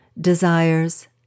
desires